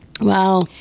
Wow